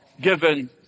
given